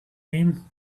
him